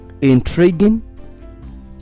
intriguing